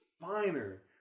finer